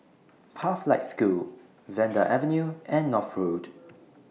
Pathlight School Vanda Avenue and North Road